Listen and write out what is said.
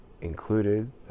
included